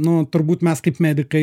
nu turbūt mes kaip medikai